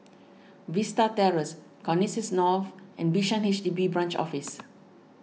Vista Terrace Connexis North and Bishan H D B Branch Office